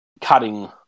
cutting